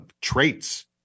traits